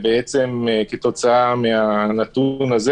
וכתוצאה מהנתון הזה